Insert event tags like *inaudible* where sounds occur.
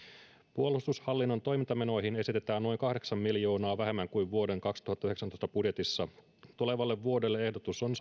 puolustushallinnon toimintamenoihin esitetään noin kahdeksan miljoonaa vähemmän kuin vuoden kaksituhattayhdeksäntoista budjetissa tulevalle vuodelle ehdotus on *unintelligible*